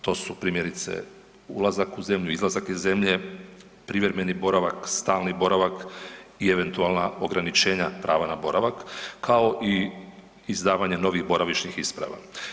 To su primjerice ulazak u zemlju, izlazak iz zemlje, privremeni boravak, stalni boravak i eventualna ograničenja prava na boravak, kao i izdavanje novih boravišnih isprava.